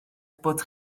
bod